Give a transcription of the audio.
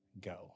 go